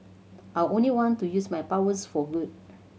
I only want to use my powers for good